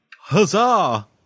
Huzzah